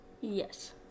Yes